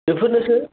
बेफोरनोसै